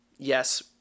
Yes